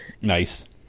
Nice